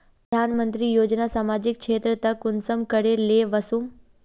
प्रधानमंत्री योजना सामाजिक क्षेत्र तक कुंसम करे ले वसुम?